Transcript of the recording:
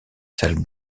salles